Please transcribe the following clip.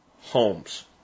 homes